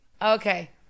Okay